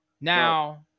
now